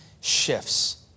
shifts